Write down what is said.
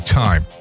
time